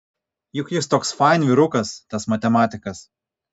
juk jis toks fain vyrukas tas matematikas